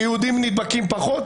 שיהודים מדביקים פחות?